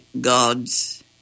gods